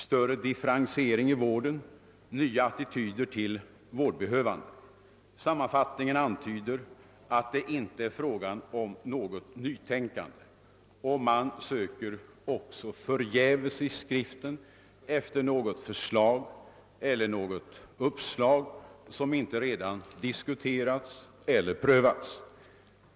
Större differentiering i vården. 5. Nya attityder till vårdbehövande. Sammanfattningen antyder att det inte är fråga om något nytänkande. Man söker också förgäves i skriften efter något uppslag som inte redan diskuterats eller prövats.